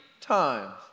times